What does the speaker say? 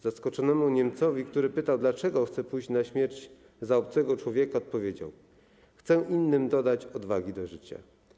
Zaskoczonemu Niemcowi, który pytał, dlaczego chce pójść na śmierć za obcego człowieka, odpowiedział: Chcę innym dodać odwagi do życia.